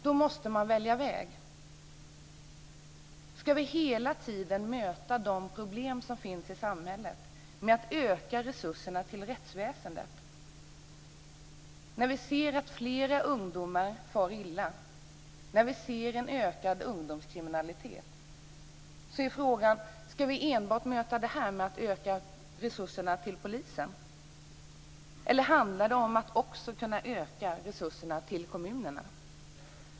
Då måste man välja väg. Ska vi hela tiden möta de problem som finns i samhället med att öka resurserna till rättsväsendet? När vi ser att fler ungdomar far illa och en ökad ungdomskriminalitet är frågan: Ska vi möta detta enbart genom att öka resurserna till polisen? Eller handlar det om att också öka resurserna till kommunerna?